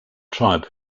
tribe